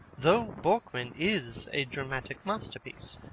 though borkman is a dramatic masterpiece,